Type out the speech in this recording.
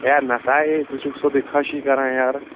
ہے نسا ہے ژٕ چھُکھ سیٚودُے کھشٕے کَران یارٕ